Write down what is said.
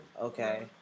Okay